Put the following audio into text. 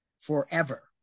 forever